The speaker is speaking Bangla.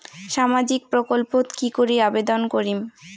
সামাজিক প্রকল্পত কি করি আবেদন করিম?